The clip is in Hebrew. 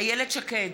איילת שקד,